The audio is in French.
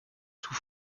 sous